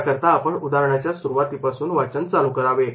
याकरता आपण उदाहरणाच्या सुरुवातीपासून चालू करावे